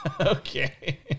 Okay